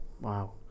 wow